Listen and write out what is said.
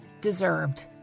deserved